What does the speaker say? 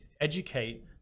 educate